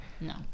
No